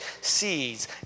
seeds